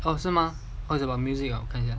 oh 是吗 oh it's about music ah 看起来